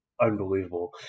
unbelievable